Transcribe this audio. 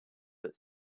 but